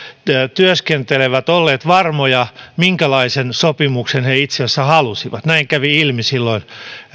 työskentelevät olleet varmoja minkälaisen sopimuksen he itse asiassa halusivat näin kävi ilmi silloin